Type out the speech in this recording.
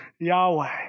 Yahweh